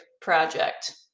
project